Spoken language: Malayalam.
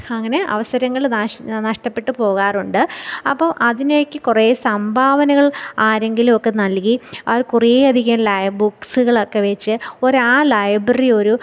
അങ്ങനെ അവസരങ്ങൾ നാശ് നഷ്ടപ്പെട്ട് പോകാറുണ്ട് അപ്പോൾ അതിലേക്ക് കുറേ സംഭാവനകൾ ആരെങ്കിലുമൊക്കെ നൽകി അത് കുറേയധികം ലൈ ബുക്ക്സ്കളൊക്കെ വെച്ച് ഒരു അആ ലൈബ്രറി ഒരു